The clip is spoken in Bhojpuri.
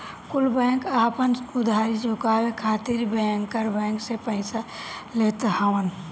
कुल बैंक आपन उधारी चुकाए खातिर बैंकर बैंक से पइसा लेत हवन